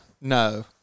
No